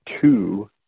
two